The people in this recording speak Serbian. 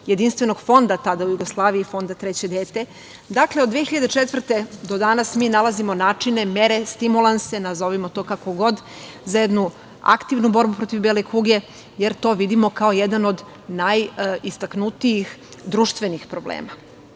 jedinstvenog fonda tada u Jugoslaviji, Fonda treće dete. Dakle, od 2004. godine do danas mi nalazimo načine, mere, stimulans, nazovimo to kako god, za jednu aktivnu borbu protiv bele kuge, jer to vidimo kao jedan od najistaknutijih društvenih problema.